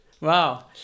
Wow